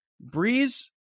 Breeze